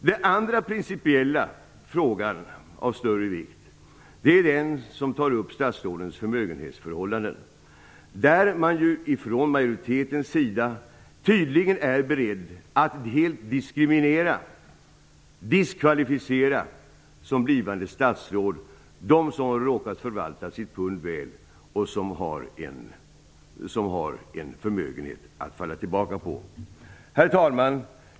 Den andra principiella frågan av större vikt gäller statsrådens förmögenhetsförhållanden. Ifrån majoritetens sida är man tydligen beredd att helt diskriminera och diskvalificera som blivande statsråd de personer som har råkat förvalta sitt pund väl och som har en förmögenhet att falla tillbaka på. Herr talman!